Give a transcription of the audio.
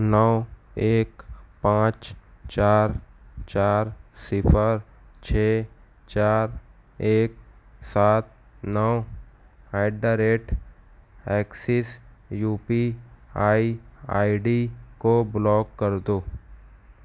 نو ایک پانچ چار چار صفر چھ چار ایک سات نو at the rate access U P I I D کو بلاک کر دو